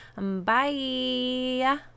Bye